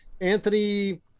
Anthony